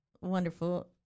wonderful